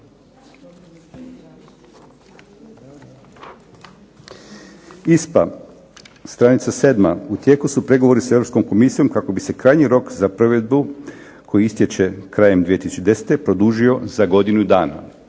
ISPA, stranica 7. U tijeku su pregovori sa Europskom komisijom kako bi se krajnji rok za provedbu koji istječe krajem 2010. produžio za godinu dana.